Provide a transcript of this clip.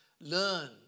learn